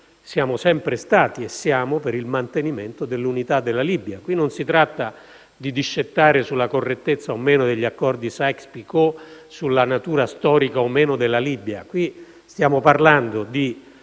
siamo sempre stati e siamo per il mantenimento dell'unità della Libia. Qui non si tratta di discettare sulla correttezza o meno degli accordi Sykes-Picot o sulla natura storica o meno della Libia. Qui stiamo parlando di